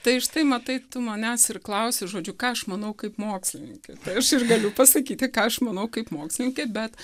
tai štai matai tu manęs ir klausi žodžiu ką aš manau kaip mokslininkė tai aš ir galiu pasakyti ką aš manau kaip mokslininkė bet